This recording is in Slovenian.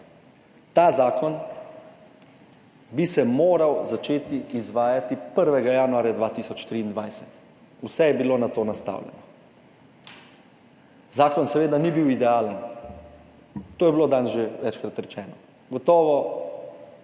Ta zakon bi se moral začeti izvajati 1. januarja 2023, vse je bilo na to nastavljeno. Zakon seveda ni bil idealen, to je bilo danes že večkrat rečeno, gotovo